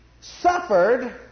suffered